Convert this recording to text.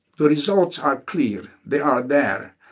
the results are clear. they are there,